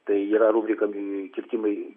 tai yra rubrika kirtimai